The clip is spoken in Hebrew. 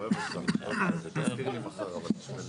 7 נמנעים,